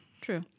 true